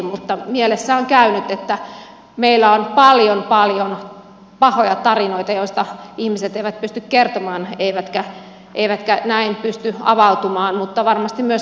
mutta mielessä on käynyt että meillä on paljon paljon pahoja tarinoita joista ihmiset eivät pysty kertomaan eivätkä näin pysty avautumaan varmasti myös näissä vanhuksissa